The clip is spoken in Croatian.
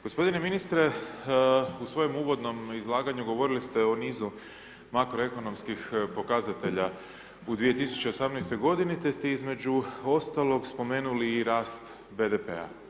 Gospodine ministre, u svojem uvodnom izlaganju govorili ste o nizu makroekonomskih pokazatelja u 2018. godini, te ste između ostalog spomenuli i rast BDP-a.